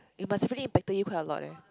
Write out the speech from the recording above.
it must impacted him quite a lot eh